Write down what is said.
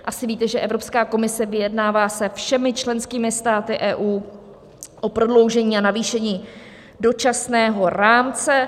Asi víte, že Evropská komise vyjednává se všemi členskými státy EU o prodloužení a navýšení dočasného rámce.